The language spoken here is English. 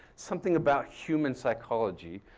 something about human psychology,